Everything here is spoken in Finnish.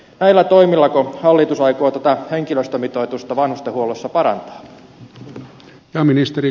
näillä toimillako hallitus aikoo tätä henkilöstömitoitusta vanhustenhuollossa parantaa